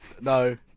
No